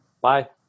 Bye